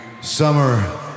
summer